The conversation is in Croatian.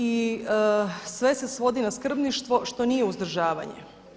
I sve se svodi na skrbništvo što nije uzdržavanje.